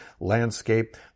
landscape